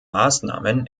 maßnahmen